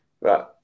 right